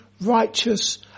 righteous